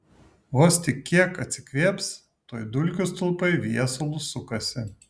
vos tik kiek atsikvėps tuoj dulkių stulpai viesulu sukasi